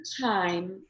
time